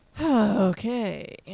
Okay